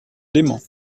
leyment